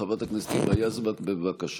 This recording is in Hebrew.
חברת הכנסת היבה יזבק, בבקשה.